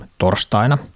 torstaina